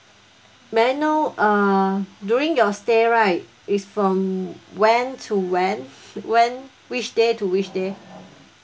may I know uh during your stay right is from when to when when which day to which day